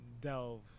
delve